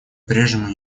прежнему